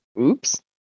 Oops